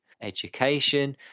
Education